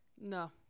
No